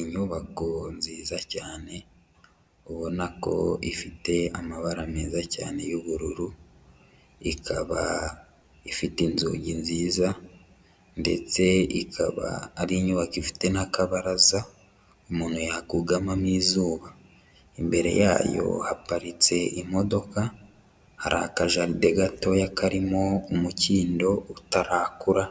Inyubako nziza cyane ubona ko ifite amabara meza cyane y'ubururu, ikaba ifite inzugi nziza ndetse ikaba ari inyubako ifite n'akabaraza umuntu yakugamamo izuba, imbere yayo haparitse imodoka, hari akajaride gatoya karimo umukindo utarakura